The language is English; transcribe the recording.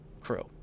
crew